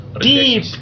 deep